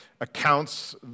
accounts